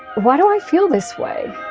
why do i feel this way?